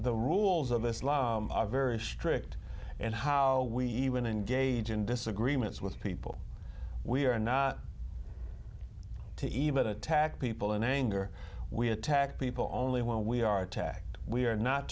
the rules of islam are very strict and how we even engage in disagreements with people we are not to even attack people in anger we attack people only when we are attacked we are not